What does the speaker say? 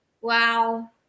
Wow